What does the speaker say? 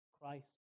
Christ